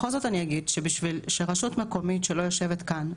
בכל זאת אני אגיד שבשביל שרשות מקומית שלא יושבת כאן,